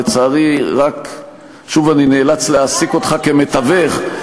לצערי שוב אני נאלץ להעסיק אותך כמתווך.